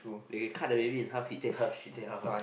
they cut the baby into half he take half she take half lah